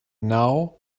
now